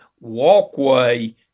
walkway